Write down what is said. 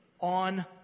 on